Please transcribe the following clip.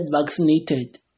vaccinated